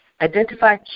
Identify